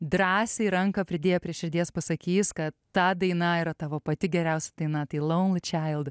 drąsiai ranką pridėję prie širdies pasakys kad ta daina yra tavo pati geriausia daina tai lonely child